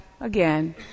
again